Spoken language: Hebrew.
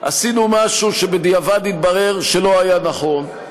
עשינו משהו שבדיעבד התברר שלא היה נכון,